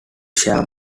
share